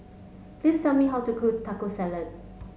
please tell me how to cook Taco Salad